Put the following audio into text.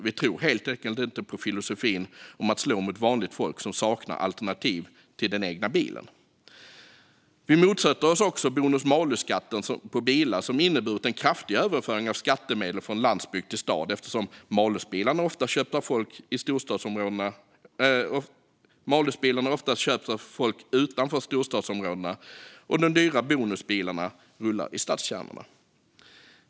Vi tror helt enkelt inte på filosofin att slå mot vanligt folk som saknar alternativ till den egna bilen. Vi motsätter oss också bonus malus-skatten på bilar, som inneburit en kraftig överföring av skattemedel från landsbygd till stad eftersom malusbilarna oftast köps av folk utanför storstadsområdena medan de dyra bonusbilarna rullar i stadskärnorna.